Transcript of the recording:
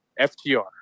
FTR